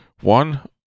One